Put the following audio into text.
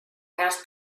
heast